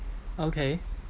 okay